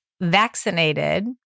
vaccinated